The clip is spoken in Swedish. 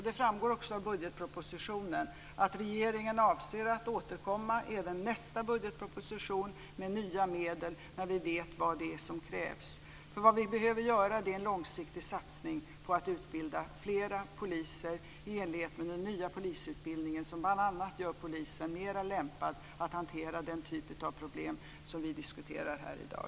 Det framgår också av budgetpropositionen att regeringen avser att återkomma även i nästa budgetproposition med nya medel när vi vet vad det är som krävs. Vad vi behöver göra är en långsiktig satsning på att utbilda flera poliser i enlighet med den nya polisutbildning som bl.a. gör polisen mera lämpad att hantera den typ av problem som vi diskuterar här i dag.